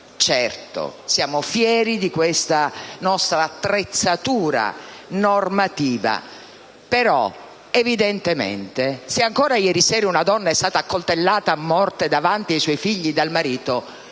Certo, siamo fieri di questa nostra attrezzatura normativa, ma evidentemente, se ancora ieri sera una donna è stata accoltellata a morte davanti ai suoi figli dal marito,